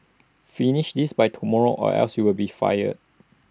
finish this by tomorrow or else you'll be fired